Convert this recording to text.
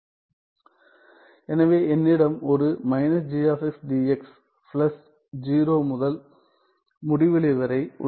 எனவே என்னிடம் ஒரு g dx பிளஸ் 0 முதல் முடிவிலி வரை உள்ளது